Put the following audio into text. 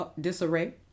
disarray